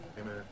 Amen